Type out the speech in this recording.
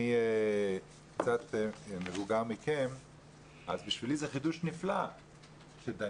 אני קצת מבוגר מכם אז בשבילי זה חידוש נפלא שדנים